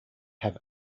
have